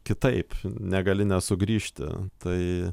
kitaip negali nesugrįžti tai